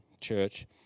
church